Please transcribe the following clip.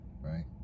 right